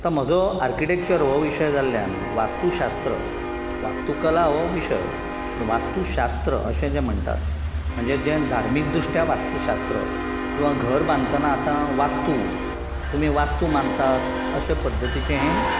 आतां म्हजो आर्किटेक्चर हो विशय जाल्ल्यान वास्तूशास्त्त वास्तूकला हो विशय पूण वास्तूशास्त्र अशें जें म्हणटात म्हणजें जें धार्मीक दृश्ट्या वास्तुशास्त्र किंवा घर बांदतना आतां वास्तू तुमी वास्तू मानतात अश्या पध्दतीचें हें